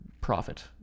Profit